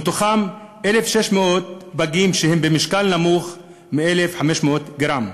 מתוכם, 1,600 פגים הם במשקל נמוך מ-1,500 גרם.